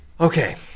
Okay